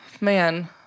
man